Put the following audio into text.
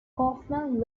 kaufman